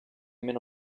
meno